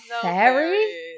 fairy